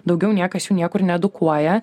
daugiau niekas jų niekur needukuoja